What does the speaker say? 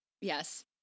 Yes